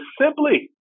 simply